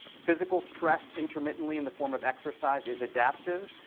physical stress intermittently in the form of exercise is adaptive.